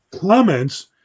comments